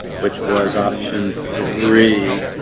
which was option three.